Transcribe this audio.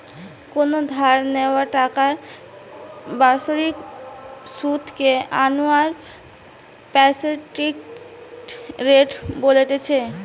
কোনো ধার নেওয়া টাকার বাৎসরিক সুধ কে অ্যানুয়াল পার্সেন্টেজ রেট বলতিছে